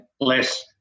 less